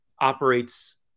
operates